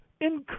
Encourage